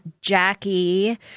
Jackie